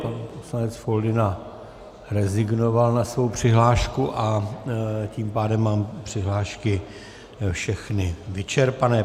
Pan poslanec Foldyna rezignoval na svou přihlášku a tím pádem mám přihlášky všechny vyčerpané.